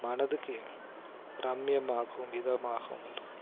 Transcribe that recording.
மனதுக்கு ரம்மியமாகவும் மிதமாகவும் உள்ளது